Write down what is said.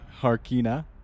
Harkina